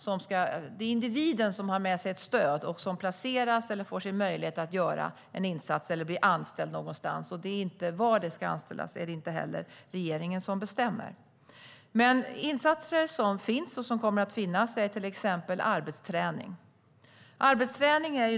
Det är individen som har med sig ett stöd och som placeras eller får sin möjlighet att göra en insats eller bli anställd någonstans, och var anställningen ska ske är det inte regeringen som bestämmer. Insatser som finns och som kommer att finnas är till exempel arbetsträning.